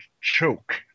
choke